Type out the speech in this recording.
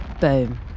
Boom